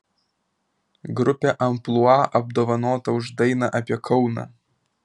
grupė amplua apdovanota už dainą apie kauną